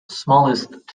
smallest